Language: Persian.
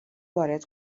وارد